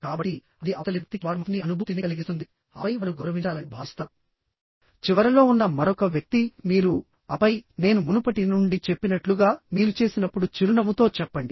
కాబట్టి అది అవతలి వ్యక్తికి వార్మ్త్ ని అనుభూతిని కలిగిస్తుంది ఆపై వారు గౌరవించాలని భావిస్తారు చివరలో ఉన్న మరొక వ్యక్తి మీరు ఆపై నేను మునుపటి నుండి చెప్పినట్లుగా మీరు చేసినప్పుడు చిరునవ్వుతో చెప్పండి